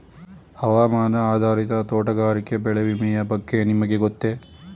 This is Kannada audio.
ಹವಾಮಾನ ಆಧಾರಿತ ತೋಟಗಾರಿಕೆ ಬೆಳೆ ವಿಮೆಯ ಬಗ್ಗೆ ನಿಮಗೆ ಗೊತ್ತೇ?